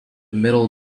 middle